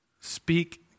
speak